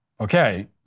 Okay